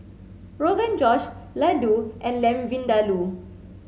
Rogan Josh Ladoo and Lamb Vindaloo